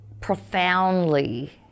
profoundly